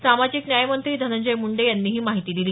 सामाजिक न्याय मंत्री धनंजय मुंडे यांनी ही माहिती दिली